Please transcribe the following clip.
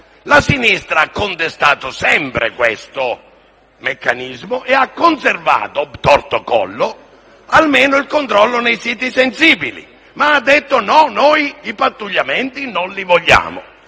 La sinistra ha sempre contestato questo meccanismo e ha conservato, *obtorto collo*, almeno il controllo nei siti sensibili. Ma ha detto: «No, noi i pattugliamenti non li vogliamo».